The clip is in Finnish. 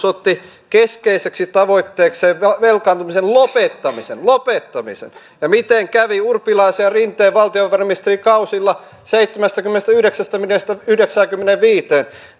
otti keskeiseksi tavoitteekseen velkaantumisen lopettamisen lopettamisen ja miten kävi urpilaisen ja rinteen valtiovarainministerikausilla velkaannuttiin seitsemästäkymmenestäyhdeksästä miljardista yhdeksäänkymmeneenviiteen niin